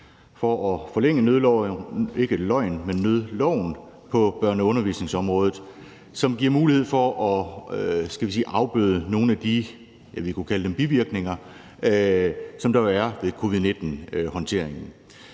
for at forlænge nødloven på børne- og undervisningsområdet, som giver mulighed for at afbøde nogle af de bivirkninger – som vi kunne kalde dem